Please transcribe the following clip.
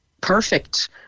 perfect